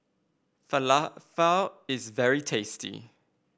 Falafel is very tasty